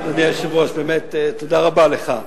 אדוני היושב-ראש, באמת, תודה רבה לך.